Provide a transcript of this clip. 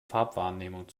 farbwahrnehmung